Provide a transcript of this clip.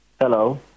Hello